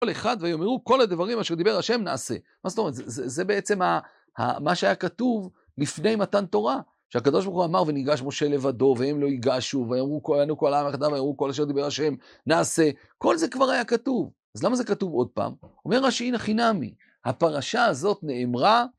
כל אחד ויאמרו כל הדברים אשר דיבר השם נעשה. מה זאת אומרת? זה בעצם מה שהיה כתוב לפני מתן תורה. שהקדוש ברוך הוא אמר וניגש משה לבדו, והם לא ייגשו, ויענו כל העם יחדיו ויאמרו כל אשר דיבר השם נעשה. כל זה כבר היה כתוב, אז למה זה כתוב עוד פעם? אומר רש"י אין הכי נמי, הפרשה הזאת נאמרה,